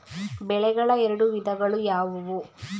ಬೆಳೆಗಳ ಎರಡು ವಿಧಗಳು ಯಾವುವು?